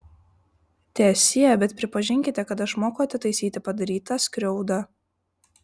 teesie bet prisipažinkite kad aš moku atitaisyti padarytą skriaudą